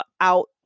out